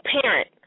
parent